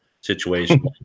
situation